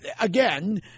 again